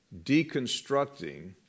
deconstructing